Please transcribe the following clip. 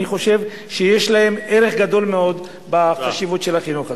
אני חושב שיש להם ערך גדול מאוד בחינוך הזה.